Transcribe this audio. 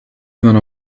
gone